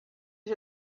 ich